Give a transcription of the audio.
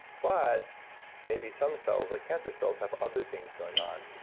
but maybe some cells, like cancer cells, have other things going on.